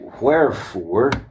Wherefore